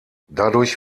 dadurch